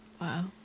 Wow